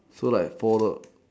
so like folded